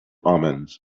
omens